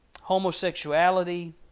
homosexuality